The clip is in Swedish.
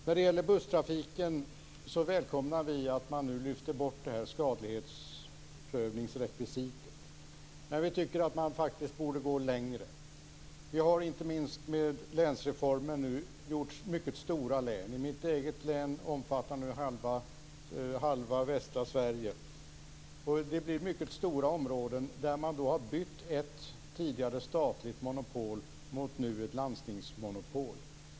När det gäller busstrafiken välkomnar vi att man nu lyfter bort skadlighetsprövningsrekvisitet men vi tycker att man borde gå ännu längre. Inte minst i och med länsreformen har det blivit mycket stora län. Mitt hemlän omfattar numera halva västra Sverige. Det är alltså mycket stora områden där man har bytt ett tidigare statligt monopol mot, som det nu är, ett landstingsmonopol.